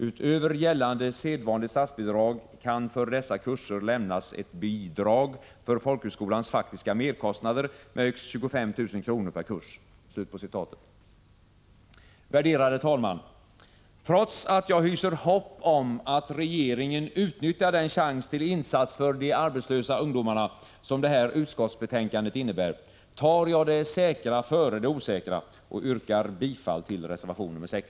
Utöver gällande sedvanligt statsbidrag kan för dessa kurser lämnas ett bidrag för folkhögskolans faktiska merkostnader med högst 25 000 kr. per kurs.” Herr talman! Trots att jag hyser hopp om att regeringen skall utnyttja den chans till insats för de arbetslösa ungdomarna som utskottets förslag innebär, tar jag det säkra för det osäkra och yrkar bifall till reservation 6.